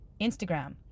Instagram